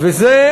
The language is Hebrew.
וזה,